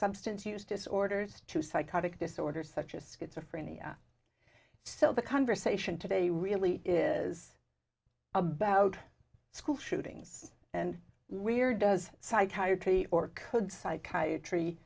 substance use disorders to psychotic disorders such as schizophrenia so the conversation today really is about school shootings and weird does psychiatry or could psychiatry